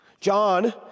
John